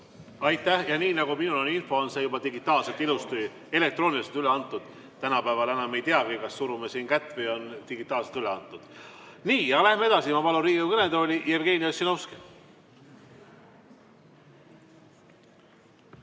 Aitäh! Nii nagu minul on info, on see juba digitaalselt ilusti elektrooniliselt üle antud. Tänapäeval enam ei teagi, kas surume kätt või on digitaalselt üle antud. Nii, läheme edasi. Ma palun Riigikogu kõnetooli Jevgeni Ossinovski.